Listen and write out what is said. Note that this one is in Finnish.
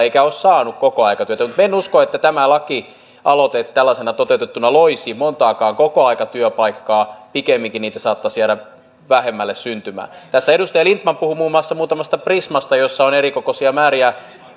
eikä ole saanut kokoaikatyötä mutta en usko että tämä lakialoite tällä tavalla toteutettuna loisi montaakaan kokoaikatyöpaikkaa pikemminkin niitä saattaisi syntyä vähemmän tässä edustaja lindtman puhui muun muassa muutamasta prismasta joissa on erikokoi sia määriä